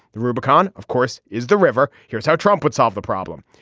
the rubicon of course is the river. here's how trump would solve the problem.